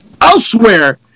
elsewhere